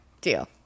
Deal